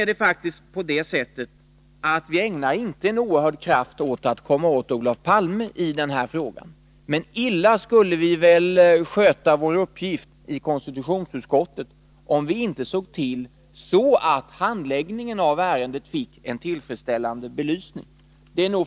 Vi ägnar faktiskt inte en oerhörd kraft åt att i den här frågan komma åt Olof Palme, men illa skulle vi sköta vår uppgift i konstitutionsutskottet, om vi inte såg till att handläggningen av ärendet fick en tillfredsställande belysning.